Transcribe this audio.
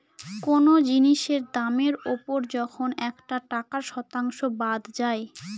কোনো জিনিসের দামের ওপর যখন একটা টাকার শতাংশ বাদ যায়